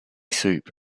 soup